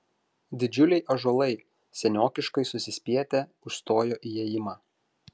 didžiuliai ąžuolai seniokiškai susispietę užstojo įėjimą